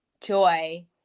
joy